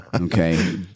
Okay